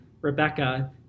Rebecca